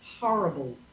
horrible